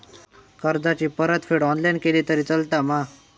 कर्जाची परतफेड ऑनलाइन केली तरी चलता मा?